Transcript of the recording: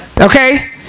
Okay